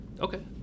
Okay